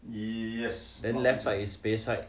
yes then left side is space right